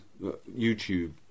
YouTube